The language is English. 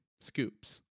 scoops